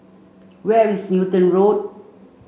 where is Newton Road